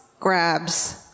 Grabs